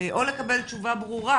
או לקבל תשובה ברורה,